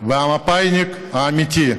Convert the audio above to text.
והמפא"יניק האמיתי,